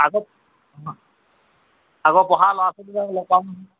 আগত আগৰ পঢ়া ল'ৰা ছোৱালীবিলাকক লগ পাম